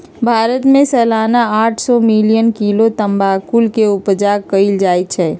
भारत में सलाना आठ सौ मिलियन किलो तमाकुल के उपजा कएल जाइ छै